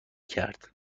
کرد